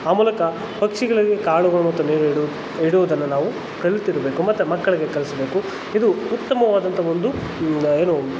ಆ ಮೂಲಕ ಪಕ್ಷಿಗಳಿಗೆ ಕಾಳುಗಳು ಮತ್ತು ನೀರಿಡು ಇಡುವುದನ್ನು ನಾವು ಕಲ್ತಿರಬೇಕು ಮತ್ತು ಮಕ್ಕಳಿಗೆ ಕಲಿಸಬೇಕು ಇದು ಉತ್ತಮವಾದಂಥ ಒಂದು ಏನು